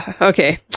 okay